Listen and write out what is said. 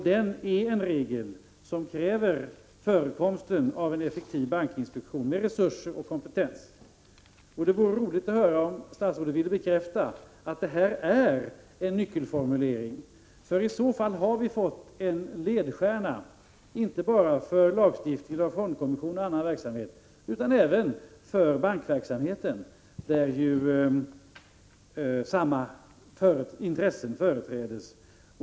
Det är en regel som kräver förekomsten av en effektiv bankinspektion, med resurser och kompetens. Det vore roligt att 2 höra om statsrådet vill bekräfta att detta är en nyckelformulering. Det skulle betyda att vi har fått en ledstjärna, inte bara för lagstiftningen om fondkommission och annan verksamhet utan även för bankverksamheten, där ju samma intressen företräds.